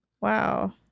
Wow